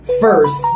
first